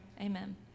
Amen